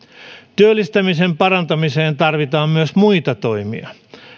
työllistämisen parantamiseen tarvitaan myös muita toimia